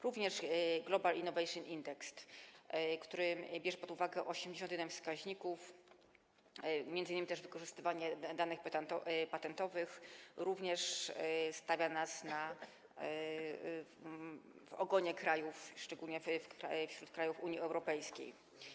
Również Global Innovation Index, który bierze pod uwagę 81 wskaźników, m.in. też wykorzystywanie danych patentowych, stawia nas w ogonie krajów, szczególnie wśród krajów Unii Europejskiej.